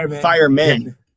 Firemen